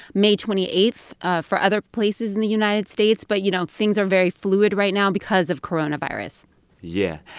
may twenty eight ah for other places in the united states. but, you know, things are very fluid right now because of coronavirus yeah.